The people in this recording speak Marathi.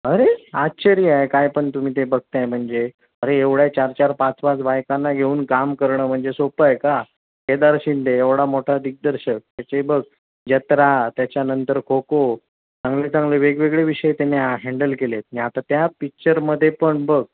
अरे आश्चर्य आहे काय पण तुम्ही ते बघत आहे म्हणजे अरे एवढ्या चार चार पाच पाच बायकांना घेऊन काम करणं म्हणजे सोपं आहे का केदार शिंदे एवढा मोठा दिग्दर्शक त्याचे बघ जत्रा त्याच्यानंतर खो खो चांगले चांगले वेगवेगळे विषय त्यांनी आ हँडल केले आहेत आणि आता त्या पिच्चरमध्ये पण बघ